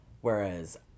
Whereas